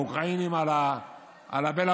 האוקראינים על הבלארוסים,